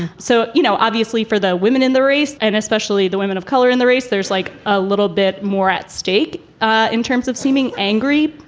so, you know, obviously, for the women in the race and especially the women of color in the race, there's like a little bit more at stake ah in terms of seeming angry,